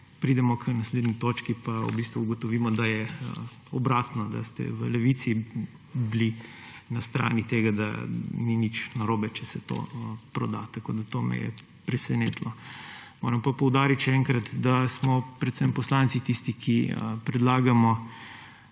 pridemo k naslednji točki, pa v bistvu ugotovimo, da je obratno, da ste v Levici bili na strani tega, da ni nič narobe, če se to proda. Tako da to me je presenetilo. Moram pa poudariti še enkrat, da smo predvsem poslanci tisti, ki predlagamo